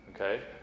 Okay